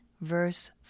verse